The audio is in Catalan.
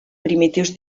primitius